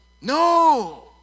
No